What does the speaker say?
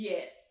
Yes